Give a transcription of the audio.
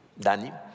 Dani